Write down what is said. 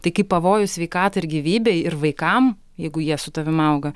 tai kai pavojus sveikatai ir gyvybei ir vaikam jeigu jie su tavim auga